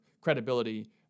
credibility